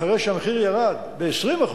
אחרי שהמחיר ירד ב-20%,